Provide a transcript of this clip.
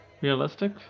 realistic